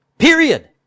Period